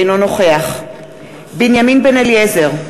אינו נוכח בנימין בן-אליעזר,